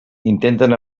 intenten